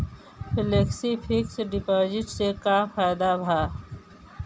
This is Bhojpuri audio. फेलेक्सी फिक्स डिपाँजिट से का फायदा भा?